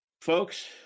Folks